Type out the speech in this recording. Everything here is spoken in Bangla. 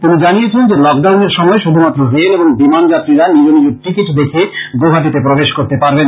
তিনি জানিয়েছেন যে লক ডাউনের সময় শুধুমাত্র রেল এবং বিমান যাত্রীরা নিজ নিজ টিকিট দেখিয়ে গৌহাটিতে প্রবেশ করতে পারবেন